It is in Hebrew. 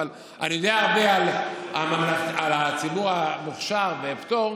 אבל אני יודע הרבה על הציבור במוכש"ר ובפטור,